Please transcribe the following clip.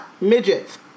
midgets